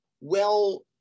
well-